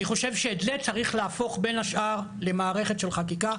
אני חושב שאת זה צריך להפוך בין השאר למערכת של חקיקה.